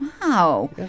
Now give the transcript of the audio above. Wow